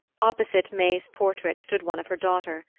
opposite may's portrait stood one of her daughter.